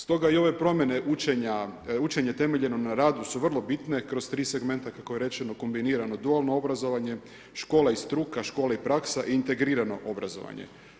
Stoga i ove promjene učenje temeljeno na radu su vrlo bitne kroz tri segmenta kako je rečeno, kombinirano, dualno obrazovanje, škola i struka, škola i praksa i integrirano obrazovanje.